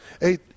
Hey